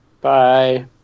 bye